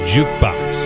Jukebox